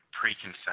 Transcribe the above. Preconception